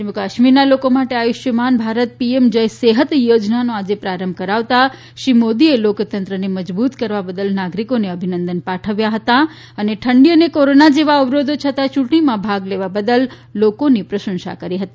જમ્મુ કાશ્મીરના લોકો માટે આયુષ્યમાન ભારત પીએમ જય સેહત યોજનાનો આજે પ્રારંભ કરાવતા શ્રી મોદીએ લોકતંત્રને મજબૂત કરવા બદલ નાગરિકોને અભિનંદન પાઠવ્યા હતા અને ઠંડી તથા કોરોના જેવા અવરોધો છતાં ચૂંટણીમાં ભાગ લેવા બદલ તેમણે લોકોની પ્રશંસા કરી હતી